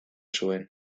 zuen